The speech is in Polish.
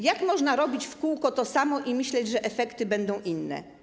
Jak można robić w kółko to samo i myśleć, że efekty będą inne?